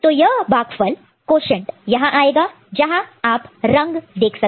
तो यह भागफल क्वोशन्ट quotientयहां आएगा जहां आप रंग देख सकते हैं